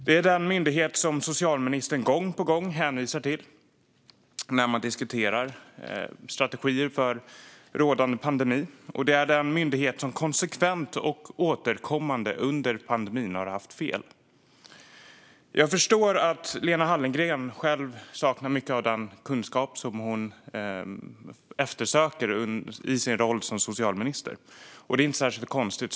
Det är den myndighet som socialministern gång på gång hänvisar till när man diskuterar strategier för rådande pandemi, och det är den myndighet som konsekvent och återkommande under pandemin har haft fel. Jag förstår att Lena Hallengren själv saknar mycket av den kunskap som hon efterfrågar i sin roll som socialminister. Det är inte särskilt konstigt.